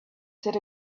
said